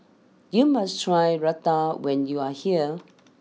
you must try Raita when you are here